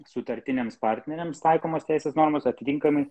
sutartiniams partneriams taikomos teisės normos atitinkamai